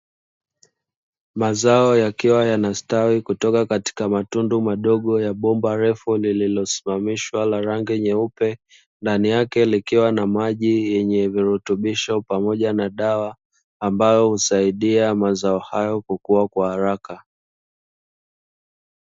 Mazao yakiwa yanastawi, kutoka katika matundu madogo ya bomba refu lililosimamishwa la rangi nyeupe, ndani yake likiwa na maji yenye virutubisho pamoja na dawa, ambayo husaidia mazao hayo kukua kwa haraka.